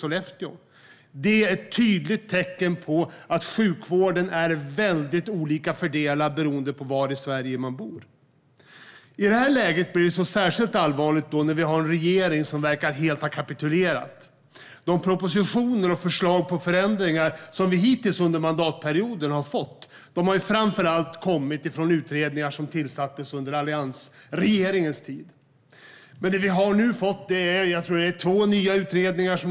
Detta är ett tydligt tecken på att sjukvården är väldigt olika fördelad beroende på var i Sverige man bor. I detta läge blir det särskilt allvarligt att vi har en regering som helt verkar ha kapitulerat. De propositioner och förslag till förändringar som vi har fått hittills under mandatperioden har framför allt kommit från utredningar som tillsattes under alliansregeringens tid. Nu har regeringen dragit igång två nya utredningar.